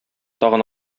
тагын